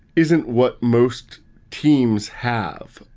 isn't what most teams have?